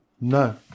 No